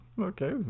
Okay